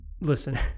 listen